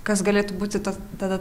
kas galėtų būti ta tada